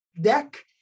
deck